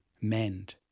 mend